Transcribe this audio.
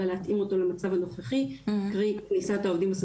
אלא להתאים אותו למצב הנוכחי קרי כניסת העובדות